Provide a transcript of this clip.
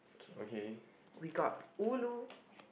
okay